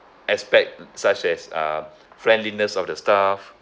aspect such as uh friendliness of the staff